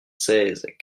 seize